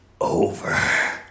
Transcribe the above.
over